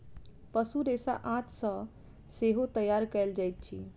पशु रेशा आंत सॅ सेहो तैयार कयल जाइत अछि